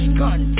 gun